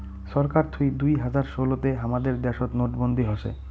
ছরকার থুই দুই হাজার ষোলো তে হামাদের দ্যাশোত নোটবন্দি হসে